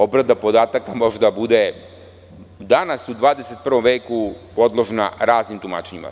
Obrada podataka može da bude danas u 21. veku podložna raznim tumačenjima.